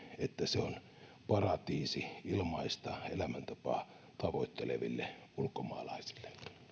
että se on paratiisi ilmaista elämäntapaa tavoitteleville ulkomaalaisille